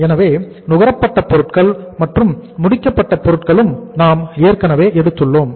எனவே நுகரப்பட்ட பொருட்கள் மற்றும் முடிக்கப்பட்ட பொருட்களும் நாம் ஏற்கனவே எடுத்துள்ளோம்